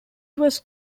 was